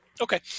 Okay